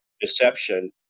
deception